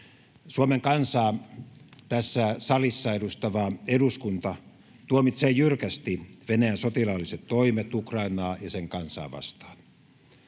Suomen kansaa tässä salissa edustava eduskunta tuomitsee jyrkästi Venäjän sotilaalliset toimet Ukrainaa ja sen kansaa vastaan.